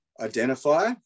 identify